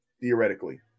theoretically